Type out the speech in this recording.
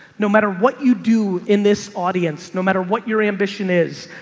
no matter what you do in this audience, no matter what your ambition is,